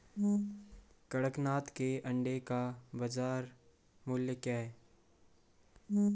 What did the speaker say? कड़कनाथ के अंडे का बाज़ार मूल्य क्या है?